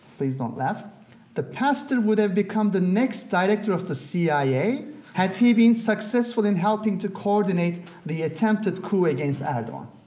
please don't laugh the pastor would have become the next director of the cia had he been successful in helping to coordinate the attempted coup against erdogan.